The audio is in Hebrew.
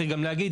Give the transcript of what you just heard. צריך גם להגיד,